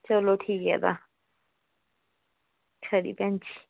चलो ठीक ऐ तां खरी भैन जी